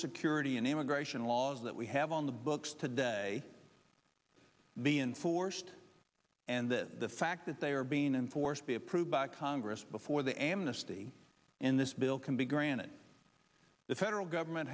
security and immigration laws that we have on the books today be enforced and the fact that they are being enforced be approved by congress before the amnesty in this bill can be granted the federal government